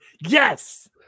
Yes